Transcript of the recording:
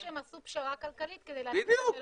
הם אומרים שהם עשו פשרה כלכלית כדי להציל את המלונות.